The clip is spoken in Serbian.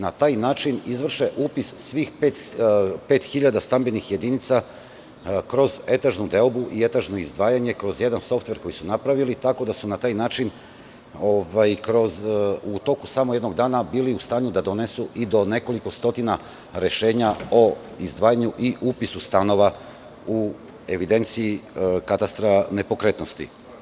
Na taj način izvrše upis svih 5.000 stambenih jedinica kroz etažnu deobu i etažno izdvajanje, kroz jedan softver koji su napravili, tako da su na taj način u toku samo jednog dana bili u stanju da donesu i do nekoliko stotina rešenja o izdvajanju i upisu stanova u evidenciju katastra nepokretnosti.